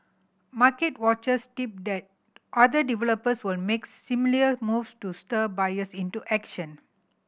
market watchers tip that other developers will make similar moves to stir buyers into action